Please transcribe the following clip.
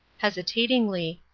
hesitatingly,